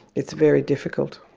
it's very difficult.